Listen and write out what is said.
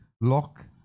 lock